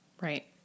Right